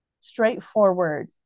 straightforward